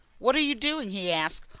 what are you doing? he asked,